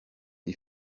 des